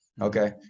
Okay